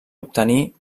obtenir